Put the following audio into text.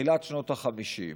בתחילת שנות ה-50,